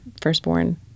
firstborn